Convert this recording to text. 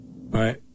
right